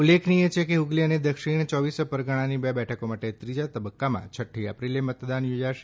ઉલ્લેખનીય છેકે હ્ગલી અને દક્ષિણ યોવીસ પરગણાની બે બેઠકો માટે ત્રીજા તબક્કામાં છઠ્ઠી એપ્રિલે મતદાન યોજાશે